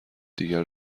دیگر